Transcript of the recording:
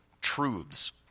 truths